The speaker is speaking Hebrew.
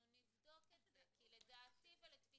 אנחנו נבדוק את זה, כי לדעתי ולתפיסתי,